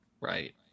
right